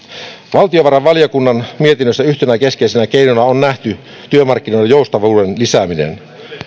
valtiovarainvaliokunnan mietinnössä yhtenä keskeisenä keinona on nähty työmarkkinoiden joustavuuden lisääminen